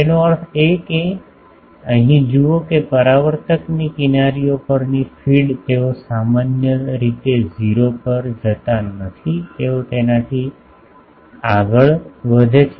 તેનો અર્થ એ છે કે અહીં જુઓ કે પરાવર્તકની કિનારીઓ પરની ફીડ તેઓ સામાન્ય રીતે 0 પર જતા નથી તેઓ તેનાથી આગળ વધે છે